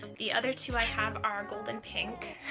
the other two i have our gold and pink.